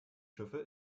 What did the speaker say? schiffe